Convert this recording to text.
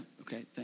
Okay